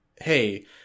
hey